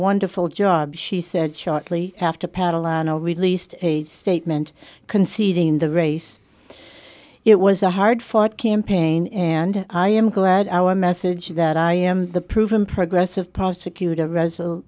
wonderful job she said shortly after paddle released a statement conceding the race it was a hard fought campaign and i am glad our message that i am the proven progressive prosecutor res